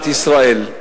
במדינת ישראל,